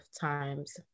times